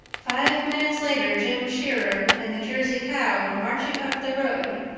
five minutes later jim shearer and the jersey cow were marching up the road,